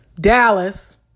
Dallas